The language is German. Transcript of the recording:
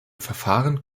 verfahren